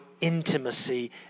intimacy